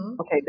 okay